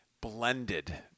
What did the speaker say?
blended